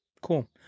Cool